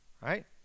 Right